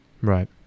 Right